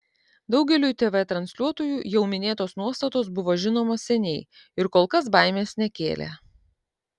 daugeliui tv transliuotojų jau minėtos nuostatos buvo žinomos seniai ir kol kas baimės nekėlė